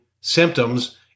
symptoms